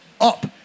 up